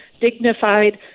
dignified